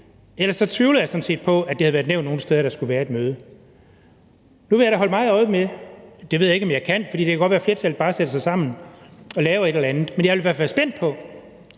Ellers tvivler jeg sådan set på, at det havde været nævnt nogen steder, at der skulle være et møde. Nu vil jeg da holde meget øje med det, eller det ved jeg ikke om jeg kan, for det kan godt være, at flertallet bare sætter sig sammen og laver et eller andet, men jeg er i hvert fald spændt på,